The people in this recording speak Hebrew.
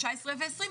19 ו-20,